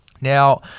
Now